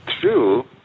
true